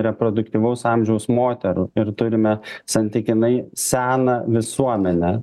reproduktyvaus amžiaus moterų ir turime santykinai seną visuomenę